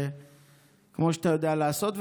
כפי שאתה יודע לעשות,